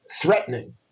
threatening